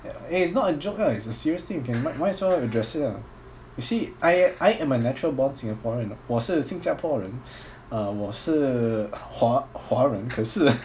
eh it's not a joke ah it's a serious thing you can might might as well address it ah you see I I am a natural born singaporean 我是新加坡人 uh 我是华华人可是